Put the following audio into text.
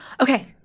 okay